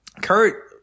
Kurt